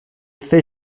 fait